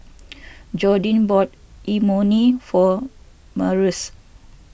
Jordi bought Imoni for Marius